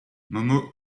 momo